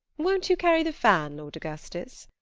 won't you carry the fan, lord augustus?